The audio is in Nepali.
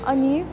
अनि